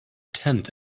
tenth